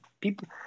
people